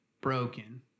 broken